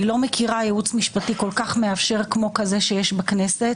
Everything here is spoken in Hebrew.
אני לא מכירה ייעוץ משפטי כל כך מאפשר כמו זה שיש בכנסת,